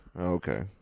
Okay